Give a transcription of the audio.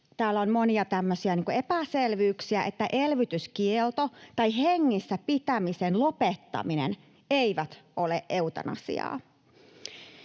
täällä on monia tämmöisiä epäselvyyksiä — että elvytyskielto tai hengissä pitämisen lopettaminen eivät ole eutanasiaa.